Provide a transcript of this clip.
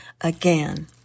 again